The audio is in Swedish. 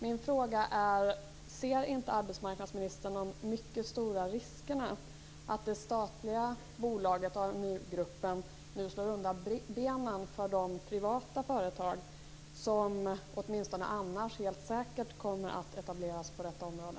Min fråga är: Ser inte arbetsmarknadsministern de mycket stora riskerna med att det statliga bolaget, AmuGruppen, nu slår undan benen för de privata företag som åtminstone annars helt säkert kommer att etableras på detta område?